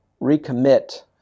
recommit